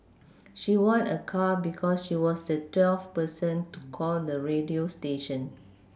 she won a car because she was the twelfth person to call the radio station